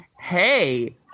Hey